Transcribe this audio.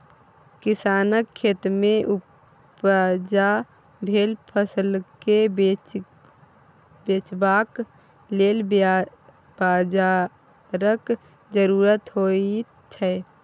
किसानक खेतमे उपजा भेल फसलकेँ बेचबाक लेल बाजारक जरुरत होइत छै